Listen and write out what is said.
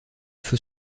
feu